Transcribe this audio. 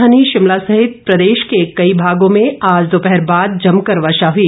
राजधानी शिमला सहित प्रदेश के कई भागों में आज दोपहर बाद जमकर वर्षा हुई